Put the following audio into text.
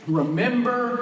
remember